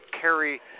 carry